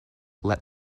let